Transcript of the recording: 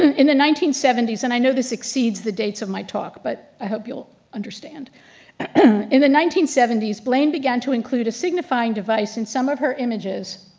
in the nineteen seventy s and i know this exceeds the dates of my talk, but i hope you'll understand in the nineteen seventy blaine began to include a signifying device in some of her images